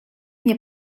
nie